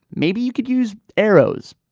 maybe you could use arrows.